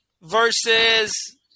versus –